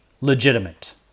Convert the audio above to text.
legitimate